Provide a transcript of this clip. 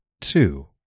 two